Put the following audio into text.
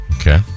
Okay